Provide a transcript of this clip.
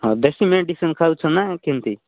ହଉ ଦେଶୀ ମେଡ଼ିସିନ୍ ଖାଉଛ ନା କେମିତି